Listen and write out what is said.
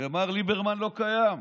ומר ליברמן לא קיים.